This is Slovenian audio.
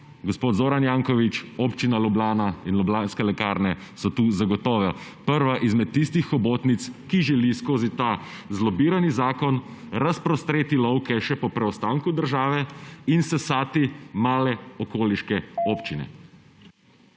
Gospod Zoran Janković, občina Ljubljana in Ljubljanske lekarne so tukaj zagotovo prva izmed tistih hobotnic, ki želijo skozi ta zlobirani zakon razprostreti lovke še po preostanku države in sesati male okoliške občine.